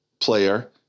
player